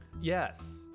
Yes